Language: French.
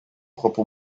propre